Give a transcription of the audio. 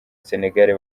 sénégal